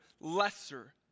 lesser